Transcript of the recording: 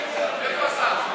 בחוץ.